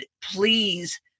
please